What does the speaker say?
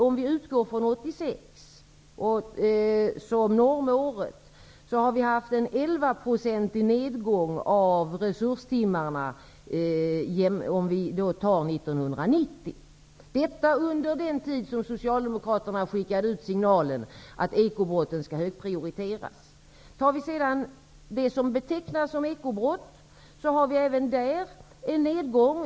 Om vi utgår från 1986 som normår har vi haft en 11-procentig nedgång av resurstimmarna fram till 1990. Detta har skett under den tid som Socialdemokraterna skickade ut signalen att ekobrotten skulle högprioriteras. Om vi sedan tar det som betecknas som ekobrott, har vi även där en nedgång.